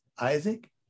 Isaac